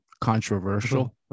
controversial